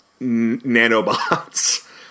nanobots